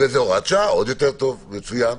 הוראת שעה, עוד יותר טוב, מצוין.